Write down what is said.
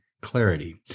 clarity